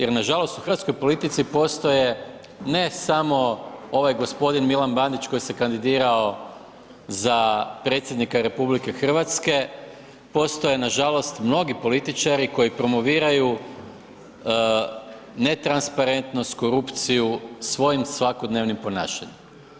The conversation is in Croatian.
Jer nažalost u hrvatskoj politici postoje ne samo ovaj gospodin Milan Bandić koji se kandidirao za predsjednika RH, postoje nažalost mnogi političari koji promoviraju netransparentnost, korupciju svojim svakodnevnim ponašanjem.